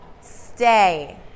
stay